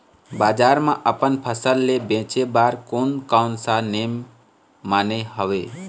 बजार मा अपन फसल ले बेचे बार कोन कौन सा नेम माने हवे?